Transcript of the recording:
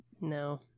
No